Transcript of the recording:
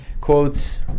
quotes